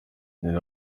nyina